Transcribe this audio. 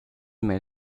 may